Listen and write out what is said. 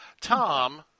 Tom